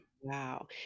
Wow